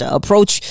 approach